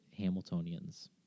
Hamiltonians